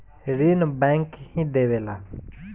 ऋण बैंक ही देवेला